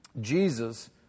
Jesus